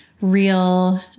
real